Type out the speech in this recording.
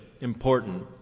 important